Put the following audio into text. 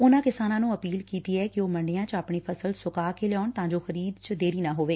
ਉਨਾਂ ਕਿਸਾਨਾਂ ਨੂੰ ਅਪੀਲ ਕੀਤੀ ਐ ਕਿ ਉਹ ਮੰਡੀਆਂ ਚ ਆਪਣੀ ਫਸਲ ਸੁਕਾ ਕੇ ਲਿਆਉਣ ਤਾਂ ਜੋ ਖਰੀਦ ਚ ਦੇਰੀ ਨਾ ਹੋਵੇ